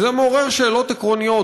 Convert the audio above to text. וזה מעורר שאלות עקרוניות,